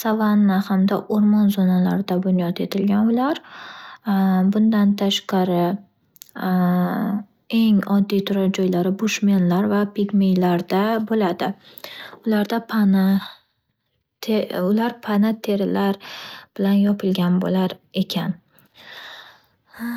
Savanna hamda o’rmon zonalarida bunyod etilgan ular. Bundan tashqari eng oddiy turar joylari bushmerlar va pigmeylarda bo’ladi ularda pana Ular pana terilar bilan yopilgan bo’lar ekan